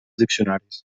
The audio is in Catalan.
diccionaris